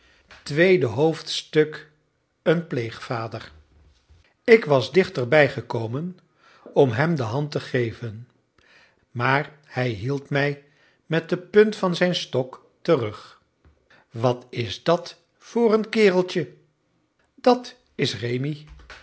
ii een pleegvader ik was dichterbij gekomen om hem de hand te geven maar hij hield mij met de punt van zijn stok terug wat is dat voor een kereltje dat is rémi